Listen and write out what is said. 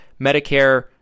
Medicare